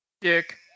Dick